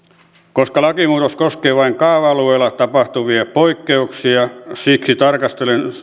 koska lakimuutos koskee vain kaava alueella tapahtuvia poikkeuksia tarkastelen